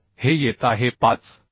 तर हे येत आहे 5